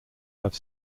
have